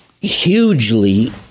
hugely